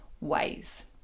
ways